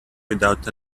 without